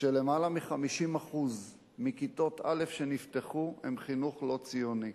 שלמעלה מ-50% מכיתות א' שנפתחו הן של חינוך לא ציוני.